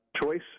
choice